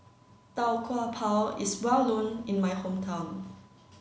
Tau Kwa Pau is well known in my hometown